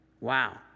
Wow